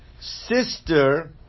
sister